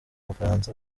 bufaransa